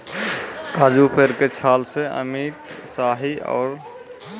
काजू पेड़ के छाल सॅ अमिट स्याही आरो रंग बनैलो जाय छै